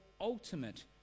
ultimate